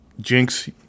Jinx